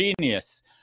genius